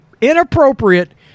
inappropriate